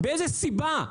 מאיזו סיבה?